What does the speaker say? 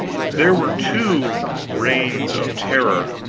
there were two reigns of terror,